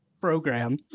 program